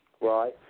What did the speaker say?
right